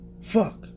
Fuck